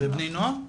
רק,